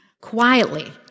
quietly